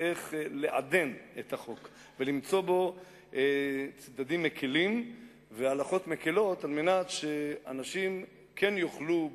לעדן את החוק ולמצוא בו צדדים מקלים והלכות מקילות כדי שאנשים כן יוכלו,